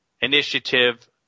initiative